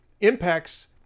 impacts